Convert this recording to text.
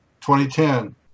2010